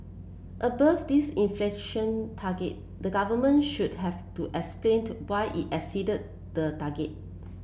above this inflation target the government should have to explain to why it exceeded the target